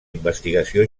investigació